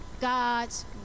God's